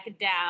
down